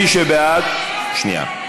מי שבעד, שנייה.